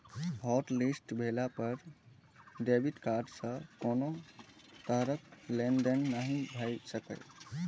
hotlist भेला पर debit card सं कोनो तरहक लेनदेन नहि भए सकैए